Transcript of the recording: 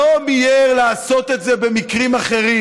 לא מיהר לעשות את זה במקרים אחרים,